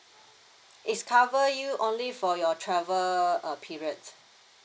it's cover you only for your travel uh periods